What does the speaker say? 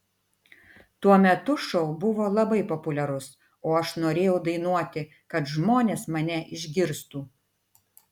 tuo metu šou buvo labai populiarus o aš norėjau dainuoti kad žmonės mane išgirstų